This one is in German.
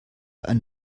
ein